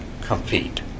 compete